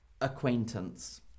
Acquaintance